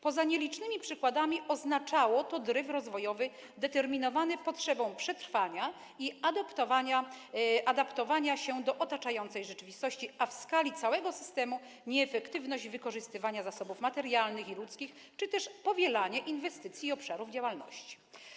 Poza nielicznymi przykładami oznaczało to dryf rozwojowy, determinowany potrzebą przetrwania i adaptowania się do otaczającej rzeczywistości, a w skali całego systemu - nieefektywne wykorzystywanie zasobów materialnych i ludzkich czy też powielanie inwestycji i obszarów działalności.